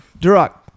duroc